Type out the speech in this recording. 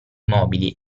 mobili